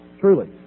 Truly